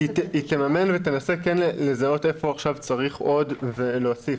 היא תממן ותנסה כן לזהות איפה עכשיו צריך עוד ולהוסיף.